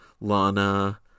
Lana